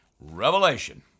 Revelation